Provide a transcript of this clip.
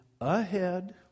Ahead